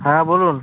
হ্যাঁ বলুন